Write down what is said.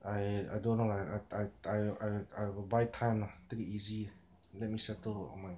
I I don't lah I I I I I will buy time lah take it easy let me settle on my